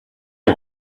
you